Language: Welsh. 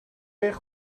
eich